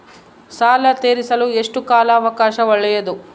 ಸಾಲ ತೇರಿಸಲು ಎಷ್ಟು ಕಾಲ ಅವಕಾಶ ಒಳ್ಳೆಯದು?